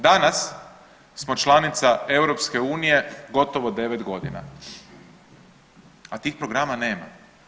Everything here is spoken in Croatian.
Danas smo članica EU gotovo 9.g., a tih programa nema.